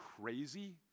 crazy